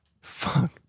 Fuck